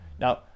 Now